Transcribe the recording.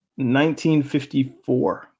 1954